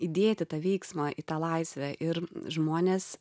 įdėti tą veiksmą į tą laisvę ir žmonės